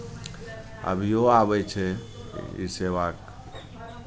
अभियो आबै छै ई सेवा